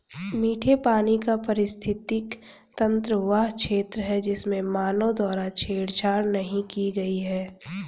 मीठे पानी का पारिस्थितिकी तंत्र वह क्षेत्र है जिसमें मानव द्वारा छेड़छाड़ नहीं की गई है